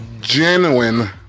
genuine